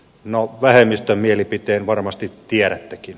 no vähemmistön mielipiteen varmasti tiedättekin